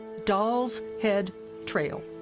doll's head trail.